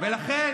ולכן,